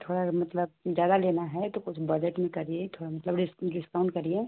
थोड़ा मतलब ज़्यादा लेना है तो कुछ बजट में करिए थोड़ा मतलब डिस डिस्काउंट करिए